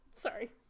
Sorry